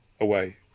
away